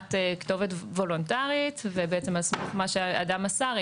מסירת כתובת וולונטרית ועל סמך מה שאדם מסר,